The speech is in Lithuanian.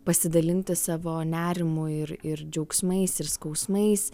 pasidalinti savo nerimu ir ir džiaugsmais ir skausmais